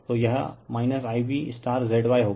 तो यह IbZy होगा